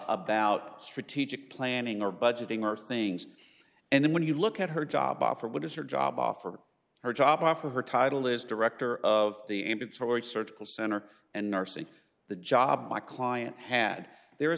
about strategic planning or budgeting or things and then when you look at her job offer which is her job offer her job offer her title is director of the inventory surgical center and nursing the job my client had there